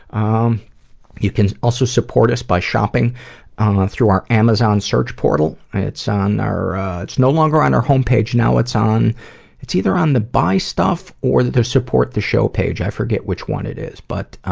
um you can also support us by shopping through our amazon search portal. it's on our it's no longer on our homepage now it's on it's either on the buy stuff or the support the show page i forget, which one it is but, um